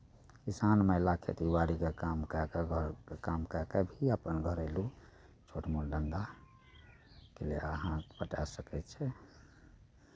किसान महिलाके दुआरिके काम कए कऽ घरके काम कए कऽ भी अपन घरेलू छोट मोट धन्धाके हाथ बँटा सकै छै